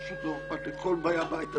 מכל באי הבית הזה,